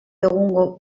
egungo